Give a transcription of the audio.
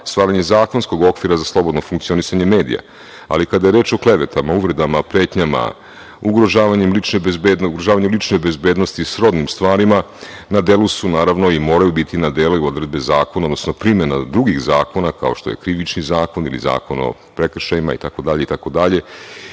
stvaranje zakonskog okvira za slobodno funkcionisanje medija. Ali, kada je reč o klevetama, uvredama, pretnjama, ugrožavanju lične bezbednosti srodnim stvarima, na delu su, naravno, i moraju biti na delu i odredbe zakona, odnosno primena drugih zakona, kao što je Krivični zakon ili Zakon o prekršajima, itd.